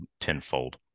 tenfold